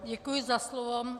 Děkuji za slovo.